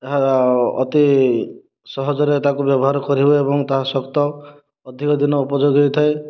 ଯାହା ଅତି ସହଜରେ ତାକୁ ବ୍ୟବହାର କରିହୁଏ ଏବଂ ତାହା ସତ୍ୱେ ଅଧିକ ଦିନ ଉପଯୋଗୀ ହୋଇଥାଏ